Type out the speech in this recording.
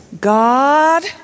God